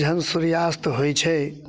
जहन सूर्यास्त होइ छै